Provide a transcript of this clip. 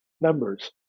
members